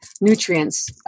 nutrients